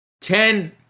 Ten